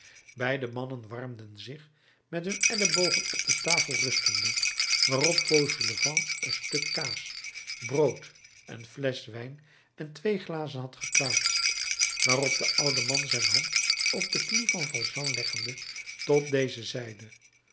beide mannen warmden zich met hun ellebogen op de tafel rustende waarop fauchelevent een stuk kaas brood een flesch wijn en twee glazen had geplaatst waarop de oude man zijn hand op de knie van valjean leggende tot dezen zeide